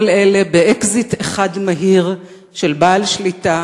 כל אלה, באקזיט אחד מהיר של בעל שליטה